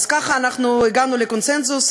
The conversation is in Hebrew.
אז ככה אנחנו הגענו לקונסנזוס,